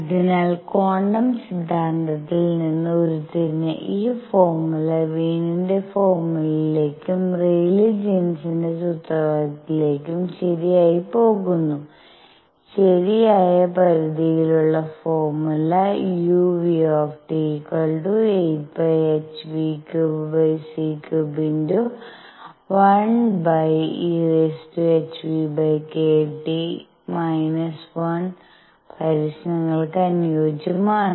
അതിനാൽ ക്വാണ്ടം സിദ്ധാന്തത്തിൽ നിന്ന് ഉരുത്തിരിഞ്ഞ ഈ ഫോർമുല വിയന്റെ ഫോർമുലയിലേക്കുംWiens formula റെയ്ലീ ജീനിന്റെ സൂത്രവാക്യത്തിലേക്കും ശരിയായി പോകുന്നു ശരിയായ പരിധിയിലുള്ള ഫോർമുല uν8πhv³c³1eʰᵛᵏᵀ 1 പരീക്ഷണങ്ങൾക്ക് അനുയോജ്യമാണ്